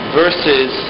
versus